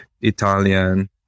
Italian